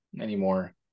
anymore